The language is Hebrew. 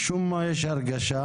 משום מה יש הרגשה,